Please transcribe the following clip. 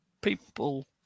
people